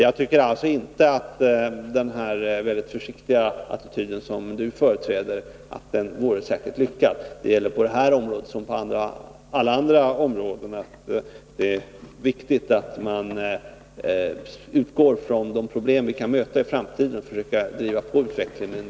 Jag tycker alltså inte att den mycket försiktiga attityd som Per Westerberg nu intar är särskilt lyckad. På det här området som på alla andra områden är det viktigt att utgå ifrån de problem vi kan komma att möta i framtiden och försöka driva på utvecklingen.